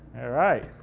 alright.